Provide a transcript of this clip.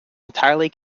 entirely